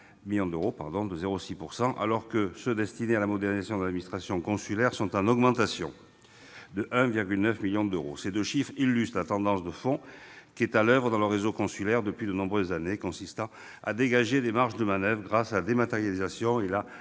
million d'euros, soit 0,6 %, alors que ceux qui sont destinés à la modernisation de l'administration consulaire sont en augmentation de 1,9 million d'euros. Ces deux chiffres illustrent la tendance de fond qui est à l'oeuvre dans le réseau consulaire depuis de nombreuses années, consistant à dégager des marges de manoeuvre grâce à la dématérialisation et la rationalisation